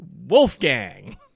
Wolfgang